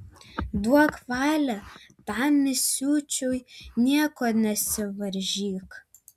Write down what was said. duok valią tam įsiūčiui nieko nesivaržyk